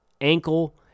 ankle